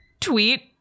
tweet